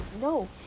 No